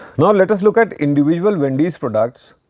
now, let us look at individual wendy's products.